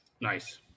Nice